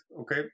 okay